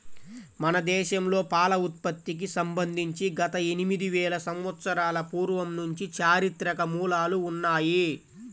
మన దేశంలో పాల ఉత్పత్తికి సంబంధించి గత ఎనిమిది వేల సంవత్సరాల పూర్వం నుంచి చారిత్రక మూలాలు ఉన్నాయి